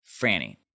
Franny